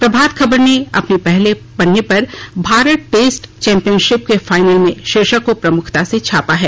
प्रभात खबर ने अपने पहले पन्ने पर भारत टेस्ट चैंपियनशिप के फाइनल में शीर्षक को प्रमुखता से छापा है